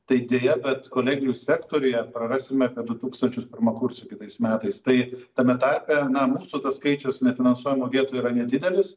tai deja bet kolegijų sektoriuje prarasime apie du tūkstančius pirmakursių kitais metais tai tame tarpe na mūsų tas skaičius nefinansuojamų vietų yra nedidelis